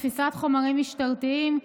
תפיסת חומרים משטרתיים,